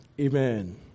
Amen